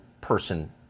person